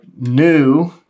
new